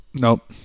Nope